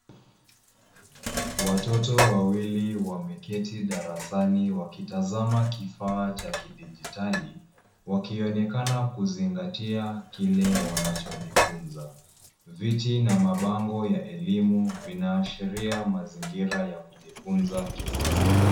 Watoto wawili wameketi darasani wakitazama kifaa cha kidijitali wakionekana kuzingatia kile wanacho jifunza. Viti na mabango ya elimu vinaashiria mazingira ya kujifunza kisasa.